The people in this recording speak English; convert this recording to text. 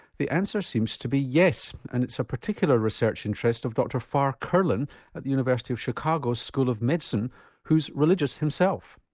the answer seems to be yes and it's a particular research interest of dr farr curlin at the university of chicago's school of medicine who is religious himself.